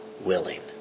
willing